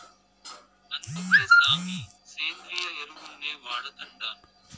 అందుకే సామీ, సేంద్రియ ఎరువుల్నే వాడతండాను